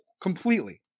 completely